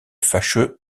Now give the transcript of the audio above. fâcheux